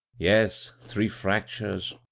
yes three fractures,